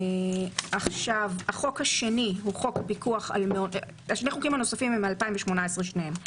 שני החוקים הנוספים הם מ-2018 שניהם: